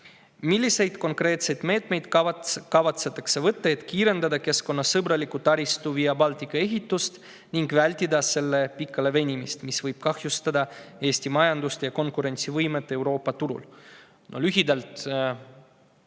"Milliseid konkreetseid meetmeid kavatsetakse võtta, et kiirendada keskkonnasõbraliku taristu Via Baltica ehitust ning vältida selle pikalevenimist, mis võib kahjustada Eesti majandust ja konkurentsivõimet Euroopa turul?"